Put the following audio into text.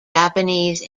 japanese